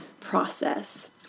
process